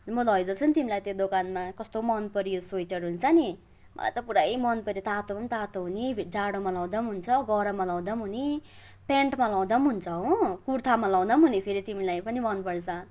म लैजान्छु नि तिमीलाई त्यो दोकानमा कस्तो मनपऱ्यो स्वेटर हुन्छ नि मलाई त पुरै मनपऱ्यो तातो पनि तातो हुने जाडोमा लगाउँदा पनि हुन्छ गरममा लाउँदा पनि हुने पेन्टमा लगाउँदा पनि हुन्छ हो कुर्तामा लगाउँदा पनि हुने फेरि तिमीलाई पनि मनपर्छ